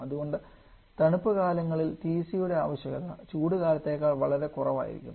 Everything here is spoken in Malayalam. അതുകൊണ്ട് തണുപ്പ് കാലങ്ങളിൽ TC യുടെ അവശ്യത ചൂട് കാലത്തേക്കാൾ വളരെ കുറവായിരിക്കും